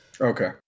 Okay